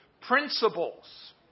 principles